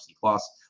plus